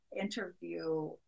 interview